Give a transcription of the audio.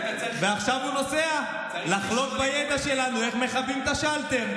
ועכשיו הוא נוסע לחלוק בידע שלנו איך מכבים את השלטר.